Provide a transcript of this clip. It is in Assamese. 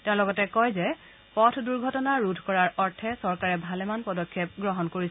তেওঁ লগতে কয় যে পথ দুৰ্ঘটনা ৰোধ কৰাৰ অৰ্থে চৰকাৰে ভালেমান পদক্ষেপ গ্ৰহণ কৰিছে